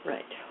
Right